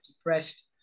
depressed